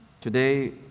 Today